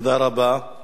תודה רבה.